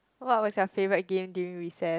what was your favorite game during recess